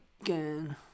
again